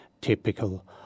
typical